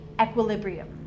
equilibrium